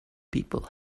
people